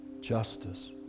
justice